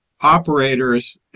operators